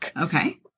Okay